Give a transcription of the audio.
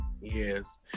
Yes